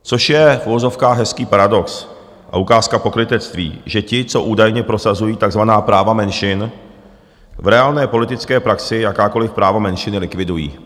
Což je, v uvozovkách, hezký paradox a ukázka pokrytectví, že ti, co údajně prosazují takzvaná práva menšin v reálné politické praxi, jakákoliv práva menšiny likvidují.